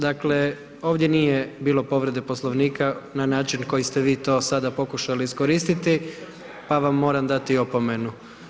Dakle, ovdje nije bilo povrede Poslovnika na način koji ste vi to sada pokušali iskoristiti pa vam moram dati opomenu.